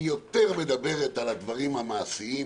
היא מדברת יותר על הדברים המעשיים,